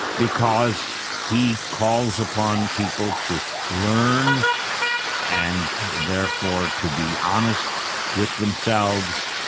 because he calls upon people to learn and therefore to be honest with themselves,